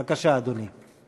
בבקשה, אדוני.